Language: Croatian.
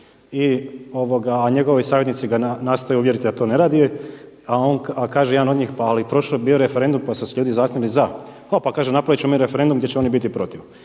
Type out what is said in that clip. a njegovi savjetnici ga nastoje uvjeriti da to ne rade, a kaže jedan od njih pa ali bio je referendum pa su se ljudi izjasnili za. A pa kaže napravit ćemo mi referendum gdje će oni biti protiv.